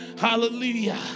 Hallelujah